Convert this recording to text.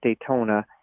Daytona